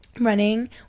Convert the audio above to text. Running